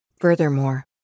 Furthermore